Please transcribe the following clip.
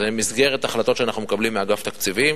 זה במסגרת החלטות שאנחנו מקבלים מאגף תקציבים,